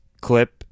clip